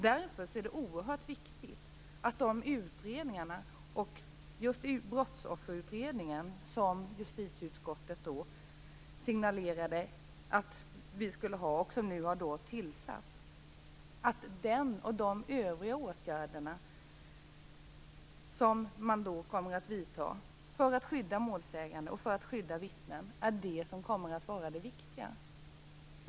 Därför är de utredningar - och i synnerhet Brottsofferutredningen som justitieutskottet signalerade att man ville ha och som nu har tillsats - och de övriga åtgärder som kommer att vidtas för att skydda målsägande och vittnen oerhört viktiga.